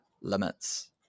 limits